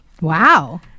Wow